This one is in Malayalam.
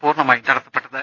പൂർണമായി തടസ്സപ്പെട്ടത്